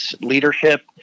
leadership